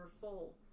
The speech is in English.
full